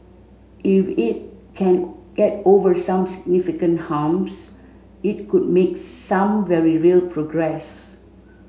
if it can get over some significant humps it could make some very real progress